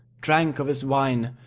drank of his wine,